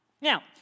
Now